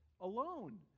alone